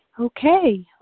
Okay